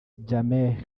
jammeh